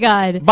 God